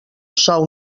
sou